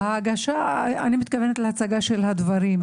אוקיי, אני מתכוונת להצגה של הדברים.